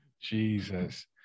Jesus